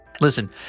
Listen